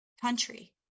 country